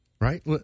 right